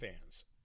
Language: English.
fans